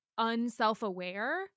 Unself-aware